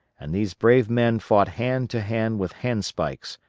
and these brave men fought hand to hand with handspikes,